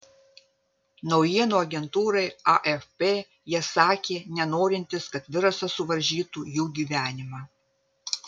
naujienų agentūrai afp jie sakė nenorintys kad virusas suvaržytų jų gyvenimą